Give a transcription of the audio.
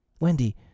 Wendy